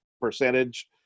percentage